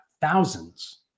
thousands